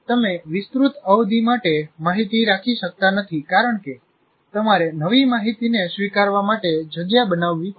તમે વિસ્તૃત અવધિ માટે માહિતી રાખી શકતા નથી કારણ કે તમારે નવી માહિતીને સ્વીકારવા માટે જગ્યા બનાવવી પડશે